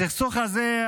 הסכסוך הזה,